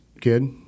kid